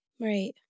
right